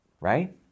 right